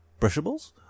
Brushables